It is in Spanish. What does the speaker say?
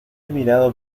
mirado